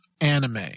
anime